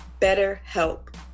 BetterHelp